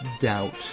doubt